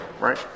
right